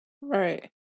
Right